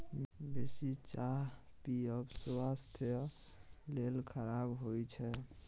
बेसी चाह पीयब स्वास्थ्य लेल खराप होइ छै